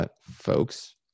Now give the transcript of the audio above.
folks